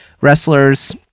wrestlers